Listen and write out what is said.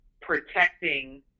protecting